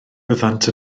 byddant